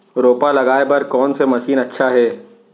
रोपा लगाय बर कोन से मशीन अच्छा हे?